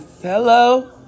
Hello